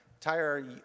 entire